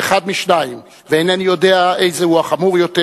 ואחד משניים, ואינני יודע איזה הוא החמור יותר,